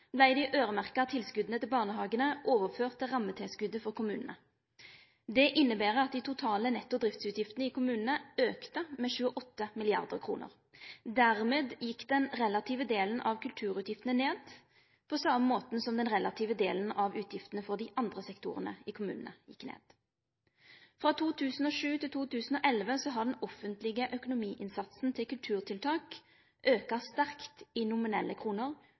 barnehagane overførte til rammetilskotet for kommunane. Det innebar at dei totale netto driftsutgiftene i kommunane auka med 28 mrd. kr. Dermed gjekk den relative delen av kulturutgiftene ned, på same måten som den relative delen av utgiftene for dei andre sektorane i kommunane gjekk ned. Frå 2007 til 2011 har den offentlege økonomiinnsatsen til kulturtiltak auka sterkt i nominelle kroner